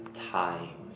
time